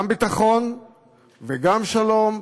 גם ביטחון וגם שלום,